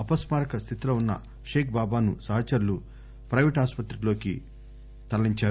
అపస్మారక స్దితిలో వున్న షేక్ బాబాను సహచరులు ప్లేపేటు ఆసుపత్రికి తరలించారు